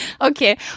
Okay